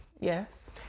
Yes